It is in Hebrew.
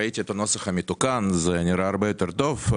ראיתי את הנוסח המתוקן וזה נראה הרבה יותר טוב.